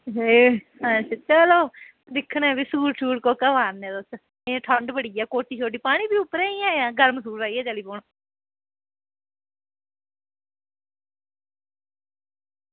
चलो दिक्खने आं सूट कोह्का पाने तुस एह् ठंड बड़ी ऐ कोटी पानी तुसें जां इंया गै गरम सूट पाइयै चली पौना